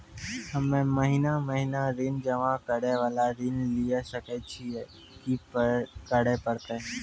हम्मे महीना महीना ऋण जमा करे वाला ऋण लिये सकय छियै, की करे परतै?